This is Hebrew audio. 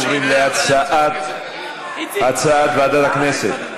אנחנו עוברים להצעת ועדת הכנסת,